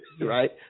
right